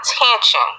attention